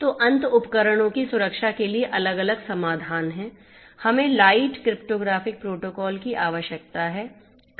तो अंत उपकरणों की सुरक्षा के लिए अलग अलग समाधान हैं हमें लाइट क्रिप्टोग्राफ़िक प्रोटोकॉल की आवश्यकता है